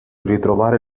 ritrovare